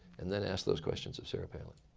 and then ask those questions of sarah palin.